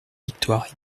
victoires